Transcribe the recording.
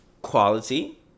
Quality